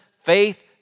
faith